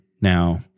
Now